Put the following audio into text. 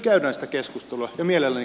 arvoisa puhemies